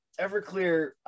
Everclear